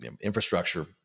infrastructure